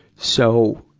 so,